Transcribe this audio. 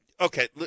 Okay